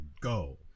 Go